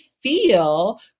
feel